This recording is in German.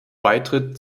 beitritt